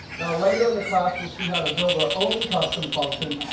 now later in the class, we'll see how to build our own custom functions.